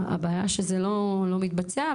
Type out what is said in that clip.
הבעיה שזה לא מתבצע,